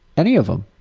any of them,